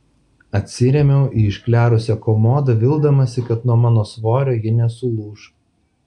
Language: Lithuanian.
atsirėmiau į išklerusią komodą vildamasi kad nuo mano svorio ji nesulūš